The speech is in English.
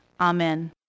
Amen